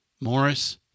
Morris